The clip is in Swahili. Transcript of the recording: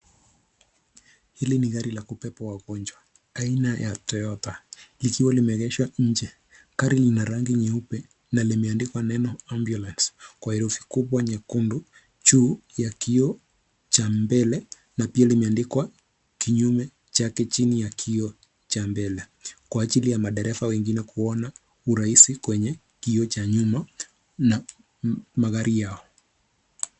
Hili ni gari la kubeba wagonjwa aina ya Toyota ikiwa limeegeshwa nje. Gari lina rangi nyeupe na limeandikwa neno ambulance kwa herufi kubwa nyekundu juu ya kioo cha mbele na pia limeandikwa kinyume chake chini ya kioo cha mbele kwa ajili ya madereva wengine kuona urahisi kwenye kioo cha nyuma na magari yao.